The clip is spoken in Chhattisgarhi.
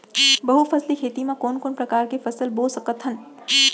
बहुफसली खेती मा कोन कोन प्रकार के फसल बो सकत हन?